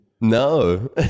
No